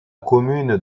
commune